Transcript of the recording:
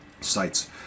sites